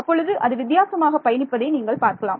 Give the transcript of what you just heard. அப்பொழுது அது வித்தியாசமாக பயணிப்பதை நீங்கள் பார்க்கலாம்